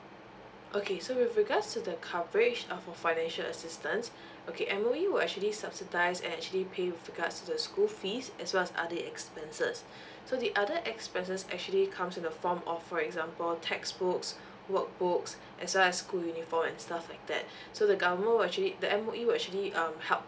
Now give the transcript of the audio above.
okay so with regards to the coverage of the financial assistance okay M_O_E will actually subsidise and actually pay with regards to the school fees as well as other expenses so the other expenses actually comes in the form of for example textbooks workbooks as well as school uniform and stuff like that so the government will actually the M_O_E will actually um help